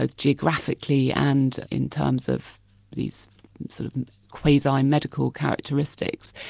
ah geographically and in terms of these sort of quasi-medical characteristics.